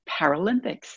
Paralympics